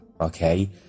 okay